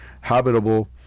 habitable